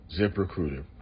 ZipRecruiter